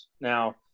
Now